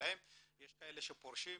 יש כאלה שפורשים.